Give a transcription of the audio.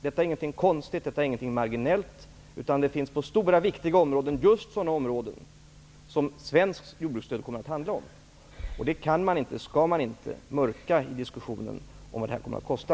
Det är inget konstigt och inget marginellt. Det sker på stora viktiga områden -- just sådana områden som svenskt jordbruksstöd kommer att handla om. Det kan man inte, och det ska man inte, mörka i diskussionen om vad detta kommer att kosta.